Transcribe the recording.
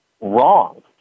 wrong